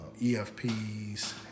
EFPs